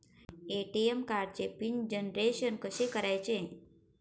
ATM कार्डचे PIN generation कसे करायचे?